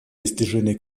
достижения